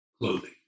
clothing